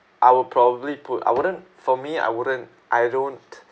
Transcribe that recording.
I will probably put I wouldn't for me I wouldn't I don't